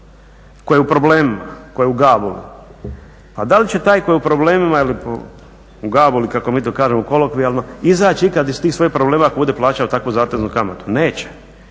tko je u problemima, tko je u gabuli. Pa da li će taj koji je u problemima ili u gabuli kako mi to kažemo kolokvijalno izaći ikada iz tih svojih problema ako bude plaćao takvu zateznu kamatu. Neće.